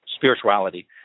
spirituality